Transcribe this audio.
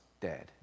dead